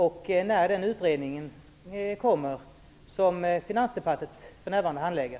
Och när kommer den utredning som Finansdepartementet för närvarande handlägger?